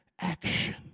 action